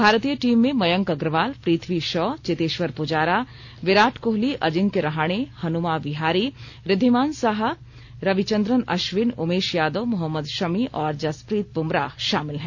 भारतीय टीम में मयंक अग्रवाल पृथ्वी शॉ चेतेश्वर पुजारा विराट कोहली अजिंक्य रहाणे हनुमा विहारी ऋद्विमान साहा रविचंद्रन अश्विन उमेश यादव मोहम्मद शमी और जसप्रीत बुमराह शामिल हैं